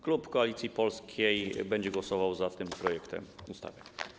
Klub Koalicji Polskiej będzie głosował za tym projektem ustawy.